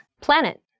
Planet